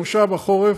בכנס החורף,